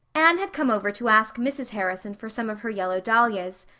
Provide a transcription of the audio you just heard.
anne had come over to ask mrs. harrison for some of her yellow dahlias.